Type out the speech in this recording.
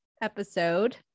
episode